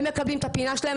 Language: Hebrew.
הם מקבלים את הפינה שלהם,